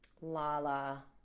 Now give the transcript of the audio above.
Lala